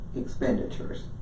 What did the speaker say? expenditures